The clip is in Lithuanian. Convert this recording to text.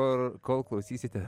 o kol klausysite